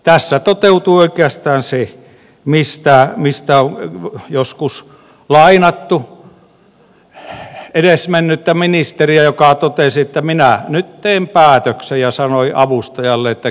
tässä toteutuu oikeastaan se mistä joskus on lainattu edesmennyttä ministeriä joka totesi että minä nyt teen päätöksen ja sanoi avustajalleen että keksi sinä perustelut